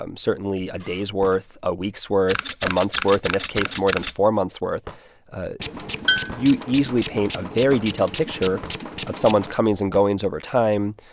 um certainly a day's worth, a week's worth, a month's worth in this case, more than four months' worth you easily paint a very detailed picture of someone's comings and goings over time,